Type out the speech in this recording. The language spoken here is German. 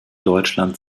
deutschland